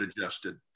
adjusted